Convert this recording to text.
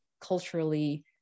culturally